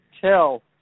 tell